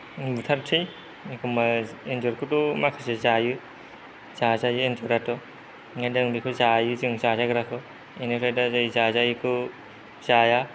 बुथारनोसै एखम्बा एन्जरखौथ' माखासे जायो जाजायो एन्जराथ' ओंखायनो आं दा बेखौ जायो जों जाजाग्राखौ इनिफ्राय दा जाय जाजायिखौ जाया